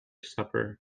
supper